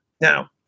Now